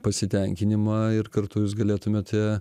pasitenkinimą ir kartu jūs galėtumėte